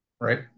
right